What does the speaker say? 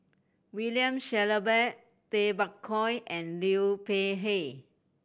William Shellabear Tay Bak Koi and Liu Peihe